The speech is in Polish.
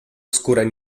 skórę